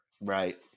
Right